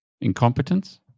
incompetence